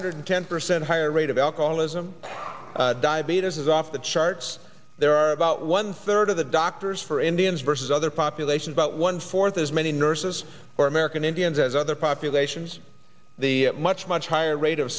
hundred ten percent higher rate of alcoholism diabetes is off the charts there are about one third of the doctors for indians versus other population about one fourth as many nurses or american indians as other populations the much much higher rate of